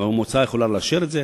המועצה יכולה לאשר את זה,